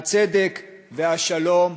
הצדק והשלום